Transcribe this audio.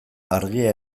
argia